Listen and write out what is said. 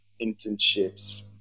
internships